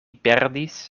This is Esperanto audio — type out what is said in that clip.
perdis